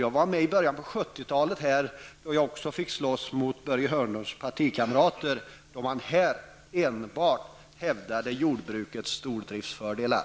Jag var med i början av 70-talet då vi fick slåss mot Börje Hörnlunds partikamrater här då de enbart hävdade jordbrukets stordriftsfördelar.